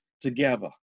together